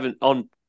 on